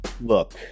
Look